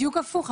בדיוק הפוך.